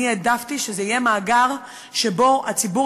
אני העדפתי שזה יהיה מאגר שבו הציבור